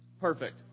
Perfect